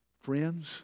Friends